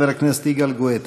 חבר הכנסת יגאל גואטה.